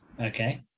Okay